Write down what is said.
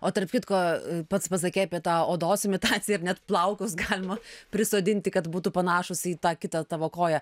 o tarp kitko pats pasakei apie tą odos imitaciją ir net plaukus galima prisodinti kad būtų panašūs į tą kitą tavo koją